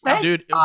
Dude